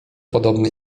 podobny